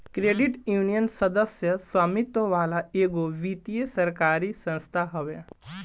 credit union, सदस्य स्वामित्व वाला एगो वित्तीय सरकारी संस्था हवे